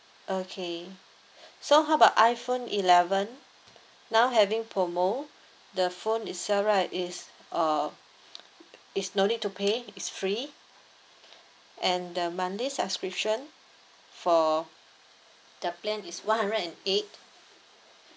okay so how about iphone eleven now having promo the phone itself right is uh it's no need to pay it's free and the monthly subscription for the plan is one hundred and eight